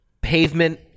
pavement